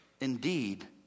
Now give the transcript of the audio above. Indeed